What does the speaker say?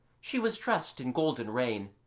she was dressed in golden rain,